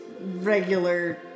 regular